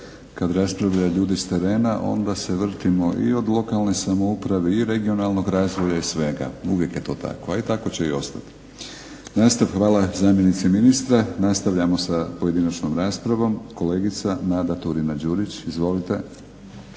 Kad raspravljaju ljudi s terena, onda se vrtimo i od lokalne samouprave i regionalnog razvoja i svega, uvijek je to tako, a i tako će i ostati. Hvala zamjenici ministra. Nastavljamo sa pojedinačnom raspravom. Kolegica Nada Turina-Đurić. Izvolite.